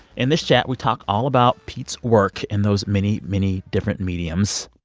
in this chat, we talk all about pete's work in those many, many different mediums.